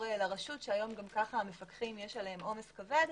לרשות שהיום גם ככה המפקחים יש עליהם עומס כבד,